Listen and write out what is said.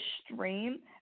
stream